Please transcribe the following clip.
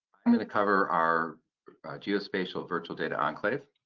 i'm going to cover our geospatial virtual data enclave.